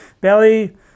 belly